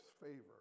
favor